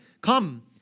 come